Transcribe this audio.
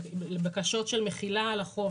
בקשות של מחילה על החוב,